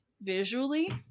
visually